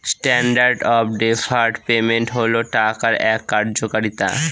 standard of deferred payment হল টাকার এক কার্যকারিতা